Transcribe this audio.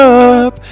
up